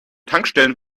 tankstellen